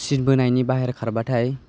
सिन बोनाइनि बाहेर खारबाथाय